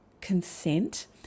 consent